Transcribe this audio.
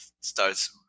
starts